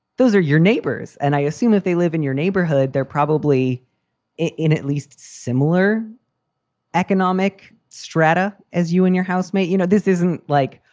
those are your neighbors and i assume that they live in your neighborhood. they're probably in at least similar economic strata as you and your housemate. you know, this isn't like,